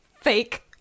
fake-